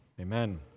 Amen